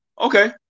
Okay